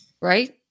right